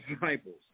disciples